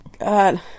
God